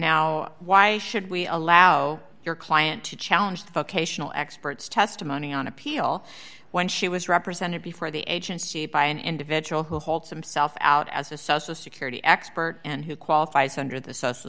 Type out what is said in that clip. now why should we allow your client to challenge the vocational experts testimony on appeal when she was represented before the agency by an individual who holds himself out as a social security expert and who qualifies under the social